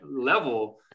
level